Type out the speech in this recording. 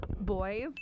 Boys